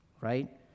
right